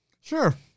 Sure